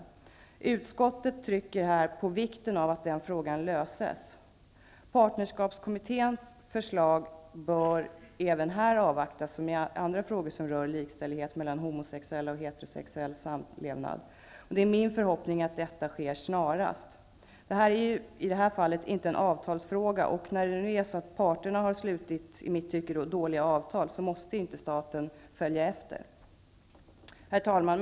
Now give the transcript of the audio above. Utskottet trycker här på vikten av att frågan löses. Här bör partnerskapskommitténs förslag avvaktas, liksom i andra frågor som rör likställigheten mellan homosexuellas och heterosexuellas samlevnad. Det är min förhoppning att detta sker snarast. I detta fall är det inte en avtalsfråga. När nu parterna har slutit i mitt tycke dåliga avtal, måste inte staten följa efter. Herr talman!